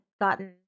gotten